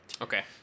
Okay